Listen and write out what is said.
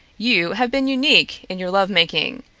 you have been unique in your love-making.